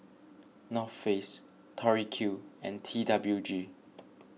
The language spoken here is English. North Face Tori Q and T W G